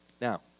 Now